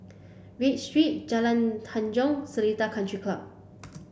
Read Street Jalan Tanjong Seletar Country Club